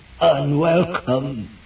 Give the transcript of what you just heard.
unwelcome